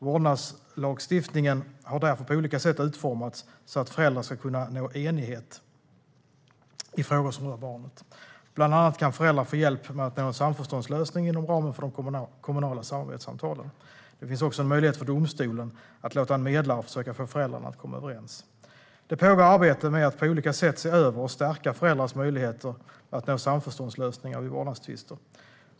Vårdnadslagstiftningen har därför på olika sätt utformats så att föräldrar ska kunna nå enighet i frågor som rör barnet. Bland annat kan föräldrar få hjälp med att nå en samförståndslösning inom ramen för de kommunala samarbetssamtalen. Det finns också en möjlighet för domstolen att låta en medlare försöka få föräldrarna att komma överens. Det pågår arbete med att på olika sätt se över och stärka föräldrars möjligheter att nå samförståndslösningar vid vårdnadstvister.